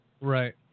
right